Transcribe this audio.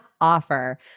offer